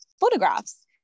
photographs